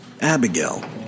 Abigail